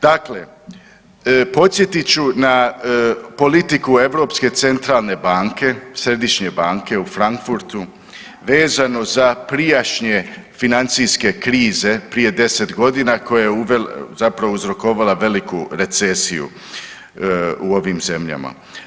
Dakle, podsjeti ću na politiku Europske centralne banke, Središnje banke u Frankfurtu vezano za prijašnje financijske krize prije 10 godina koja je zapravo uzrokovala veliku recesiju u ovim zemljama.